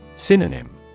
Synonym